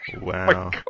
wow